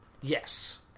Yes